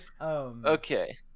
Okay